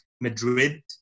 Madrid